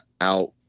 out